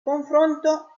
confronto